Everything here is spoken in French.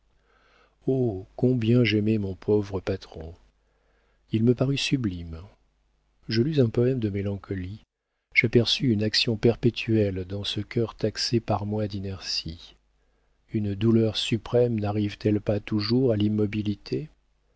combien j'aimai mon pauvre patron il me parut sublime je lus un poëme de mélancolie j'aperçus une action perpétuelle dans ce cœur taxé par moi d'inertie une douleur suprême narrive t elle pas toujours à l'immobilité